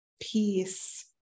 peace